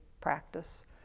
practice